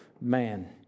man